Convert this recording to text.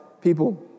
people